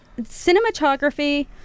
Cinematography